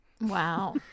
Wow